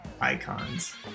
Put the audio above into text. icons